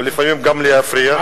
ולפעמים גם להפריע,